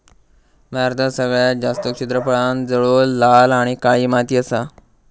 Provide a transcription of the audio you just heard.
भारतात सगळ्यात जास्त क्षेत्रफळांत जलोळ, लाल आणि काळी माती असा